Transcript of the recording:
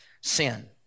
sin